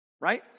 right